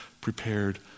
prepared